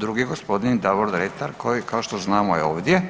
Drugi je g. Davor Dretar koji kao što znamo je ovdje